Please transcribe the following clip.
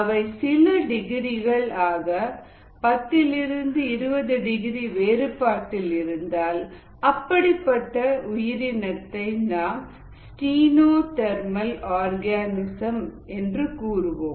அவை சில டிகிரிகள் ஆக பத்திலிருந்து 20 டிகிரி வேறுபாட்டில் இருந்தால் அப்படிப்பட்ட உயிரினத்தை நாம் ஸ்டினோதெர்மல் ஆர்கநிசம் என்று கூறுவோம்